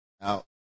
Now